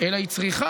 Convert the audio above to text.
אלא היא צריכה,